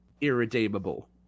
irredeemable